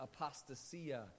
apostasia